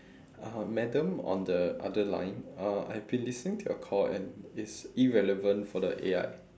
uh madam on the other line uh I've been listening to your call and it's irrelevant for the A_I